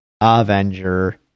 Avenger